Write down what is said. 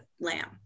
lamb